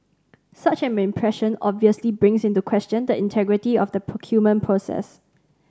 such an impression obviously brings into question the integrity of the procurement process